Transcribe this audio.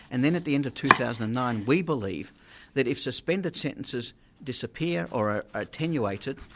and then at the end of two thousand and nine we believe that if suspended sentences disappear or are attenuated,